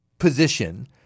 position